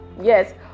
Yes